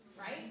right